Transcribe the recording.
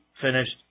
finished